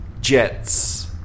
jets